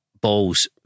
balls